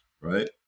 right